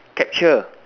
capture